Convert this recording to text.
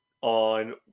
on